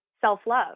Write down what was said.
self-love